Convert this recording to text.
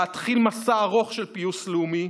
להתחיל מסע ארוך של פיוס לאומי,